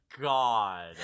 God